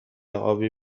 آبی